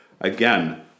again